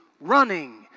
running